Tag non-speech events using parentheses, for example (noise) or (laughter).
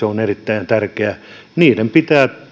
(unintelligible) on erittäin tärkeää niiden pitää